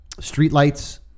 streetlights